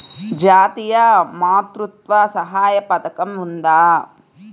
జాతీయ మాతృత్వ సహాయ పథకం ఉందా?